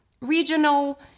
regional